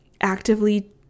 actively